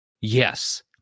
Yes